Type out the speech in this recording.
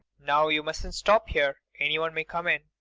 now you mustn't stop here. anyone may come in.